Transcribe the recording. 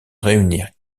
réunir